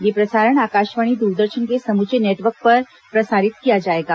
यह प्रसारण आकाशवाणी द्रदर्शन के समूचे नेटवर्क पर प्रसारित किया जाएगा